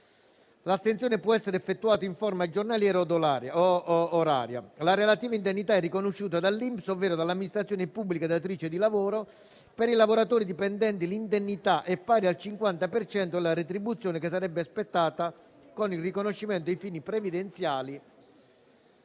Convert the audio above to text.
L'astensione può essere effettuata in forma giornaliera od oraria. La relativa indennità è riconosciuta dall'INPS, ovvero dall'amministrazione pubblica datrice di lavoro. Per i lavoratori dipendenti l'indennità è pari al 50 per cento della retribuzione che sarebbe spettata, con il riconoscimento, ai fini previdenziali,